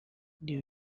new